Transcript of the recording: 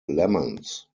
lemons